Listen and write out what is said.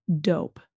dope